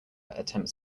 attempts